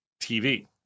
TV